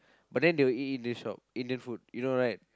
but then they will eat in this shop Indian food you know right